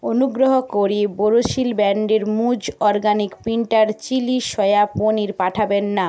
অনুগ্রহ করে বোরোসিল ব্র্যাণ্ডের মুজ অর্গ্যানিক পিন্টার চিলি সয়া পনির পাঠাবেন না